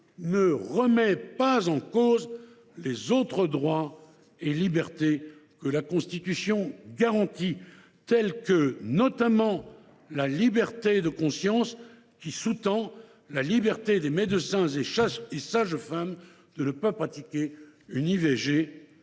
ne remet pas en cause les autres droits et libertés que la Constitution garantit, tels que notamment la liberté de conscience qui sous tend la liberté des médecins et sages femmes de ne pas pratiquer une